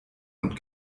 und